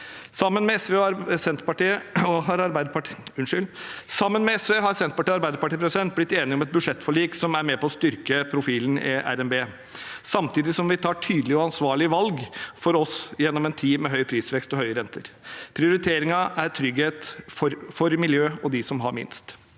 Sammen med SV har Senterpartiet og Arbeiderpartiet blitt enige om et budsjettforlik som er med på å styrke profilen i RNB, samtidig som vi tar tydelige og ansvarlige valg for å ta oss gjennom en tid med høy prisvekst og høye renter. Prioriteringene er for trygghet, for miljø og for dem som har minst.